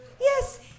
Yes